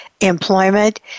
employment